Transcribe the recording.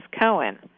Cohen